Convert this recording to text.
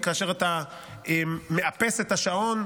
וכאשר אתה מאפס את השעון,